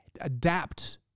adapt